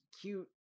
cute